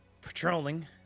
patrolling